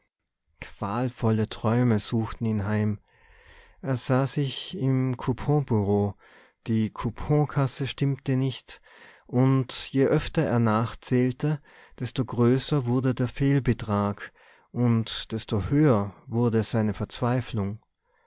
qualvolle träume suchten ihn heim er sah sich im couponbureau die couponkasse stimmte nicht und je öfter er nachzählte desto größer wurde der fehlbetrag und desto höher wurde seine verzweiflung